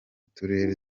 turere